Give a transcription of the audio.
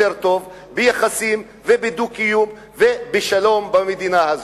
טוב ביחסים ובדו-קיום ובשלום במדינה הזו.